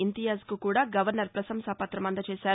ఇంతియాజ్కు కూడా గవర్నర్ పశంసా ప్రతం అందజేశారు